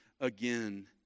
again